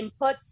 inputs